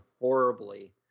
horribly